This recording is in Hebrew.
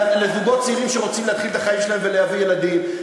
לזוגות צעירים שרוצים להתחיל את החיים שלהם ולהביא ילדים.